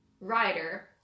rider